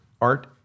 Art